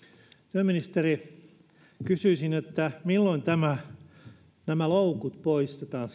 työministeri kysyisin että milloin nämä loukut poistetaan